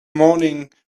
morning